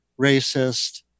racist